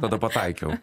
tada pataikiau